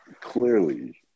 clearly